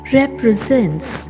represents